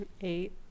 Eight